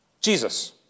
Jesus